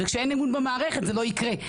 כשאין אמון במערכת, זה לא יקרה.